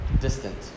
distant